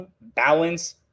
balance